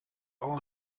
all